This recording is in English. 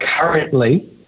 currently